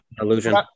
illusion